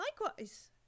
Likewise